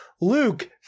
Luke